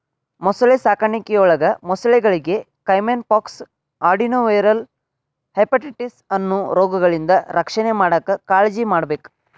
ಮೊಸಳೆ ಸಾಕಾಣಿಕೆಯೊಳಗ ಮೊಸಳೆಗಳಿಗೆ ಕೈಮನ್ ಪಾಕ್ಸ್, ಅಡೆನೊವೈರಲ್ ಹೆಪಟೈಟಿಸ್ ಅನ್ನೋ ರೋಗಗಳಿಂದ ರಕ್ಷಣೆ ಮಾಡಾಕ್ ಕಾಳಜಿಮಾಡ್ಬೇಕ್